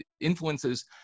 influences